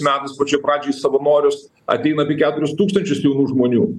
metais pačioj pradžioj į savanorius ateina apie keturis tūkstančius jaunų žmonių